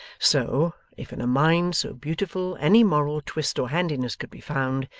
so, if in a mind so beautiful any moral twist or handiness could be found,